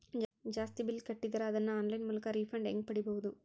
ಜಾಸ್ತಿ ಬಿಲ್ ಕಟ್ಟಿದರ ಅದನ್ನ ಆನ್ಲೈನ್ ಮೂಲಕ ರಿಫಂಡ ಹೆಂಗ್ ಪಡಿಬಹುದು?